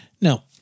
Now